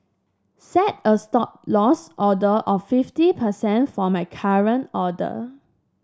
set a Stop Loss order of fifty percent for my current order